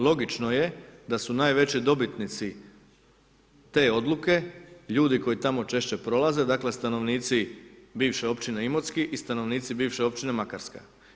Logično je da su najveći dobitnici te odluke ljudi koji tamo češće prolaze dakle stanovnici bivše Općine Imotski i stanovnici bivše Općine Makarska.